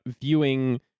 viewing